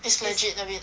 it's legit a bit